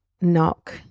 knock